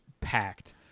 packed